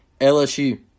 LSU